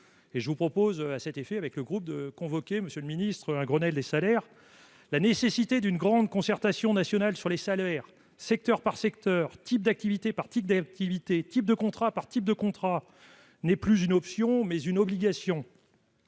de salaires. À cet effet, nous vous proposons, monsieur le ministre, de convoquer un Grenelle des salaires. La nécessité d'une grande concertation nationale sur les salaires, secteur par secteur, type d'activité par type d'activité, type de contrat par type de contrat, est non plus une option, mais une obligation.